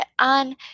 on